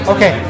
Okay